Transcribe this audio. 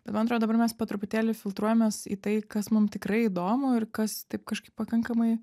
tai man atrodo dabar mes po truputėlį filtruojamės į tai kas mum tikrai įdomu ir kas taip kažkaip pakankamai